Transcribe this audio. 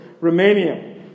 Romania